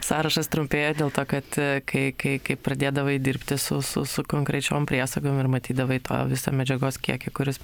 sąrašas trumpėjo dėl to kad kai kai kai pradėdavai dirbti su su su konkrečiom priesagom ir matydavai tą visą medžiagos kiekį kuris